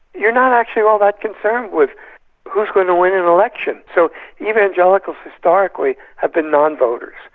you're not actually all that concerned with who's going to win an election, so evangelicals historically have been non-voters.